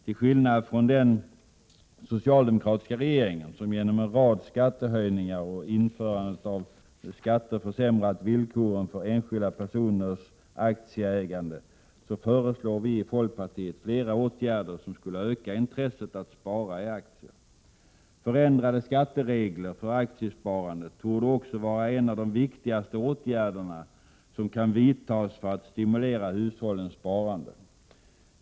Till skillnad från den socialdemokratiska regeringen, som genom en rad skattehöjningar och införandet av nya skatter försämrat villkoren för enskilda personers aktieägande, föreslår vi i folkpartiet flera åtgärder som skulle öka intresset att spara i aktier. Förändrade skatteregler för aktiesparande torde också vara en av de viktigaste åtgärderna som kan vidtas för att stimulera hushållens sparande.